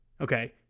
Okay